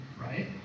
Right